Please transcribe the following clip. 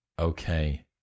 Okay